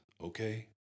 okay